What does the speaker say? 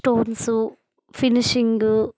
stones finishing